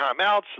timeouts